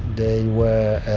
they were